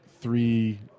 three